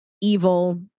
evil